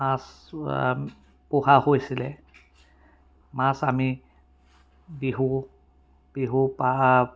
মাছ পোহা হৈছিলে মাছ আমি বিহু বিহু পা